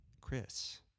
Chris